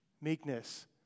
Meekness